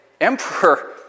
Emperor